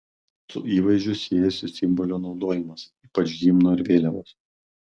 su įvaizdžiu siejosi simbolių naudojimas ypač himno ir vėliavos